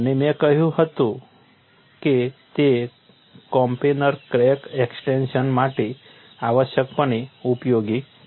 અને મેં કહ્યું કે તે કોપ્લેનર ક્રેક એક્સ્ટેંશન માટે આવશ્યકપણે ઉપયોગી છે